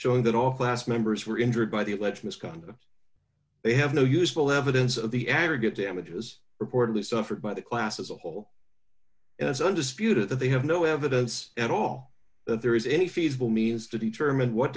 showing that off as members were injured by the alleged misconduct they have no useful evidence of the aggregate damages reportedly suffered by the class as a whole as undisputed that they have no evidence at all that there is any feasible means to determine what